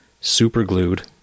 super-glued